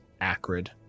acrid